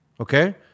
okay